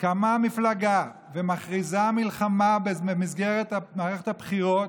קמה מפלגה ומכריזה מלחמה במסגרת מערכת הבחירות,